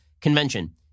convention